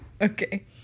Okay